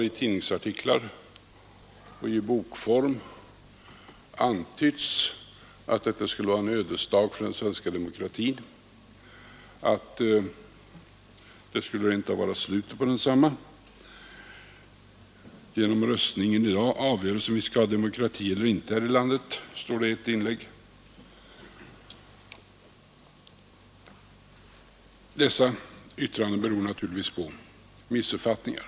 I tidningsartiklar och i bokform har det antytts att detta skulle vara en ödesdag för den svenska demokratin och att det rent av skulle innebära slutet på densamma. Genom röstningen i dag avgörs om vi skall ha demokrati eller inte här i landet, står det i ett inlägg. Sådana yttranden beror naturligtvis på missuppfattningar.